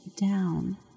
down